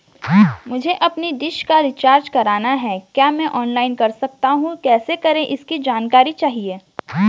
मुझे अपनी डिश का रिचार्ज करना है क्या मैं ऑनलाइन कर सकता हूँ कैसे करें इसकी जानकारी चाहिए?